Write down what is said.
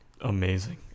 amazing